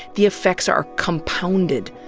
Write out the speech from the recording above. the effects are compounded,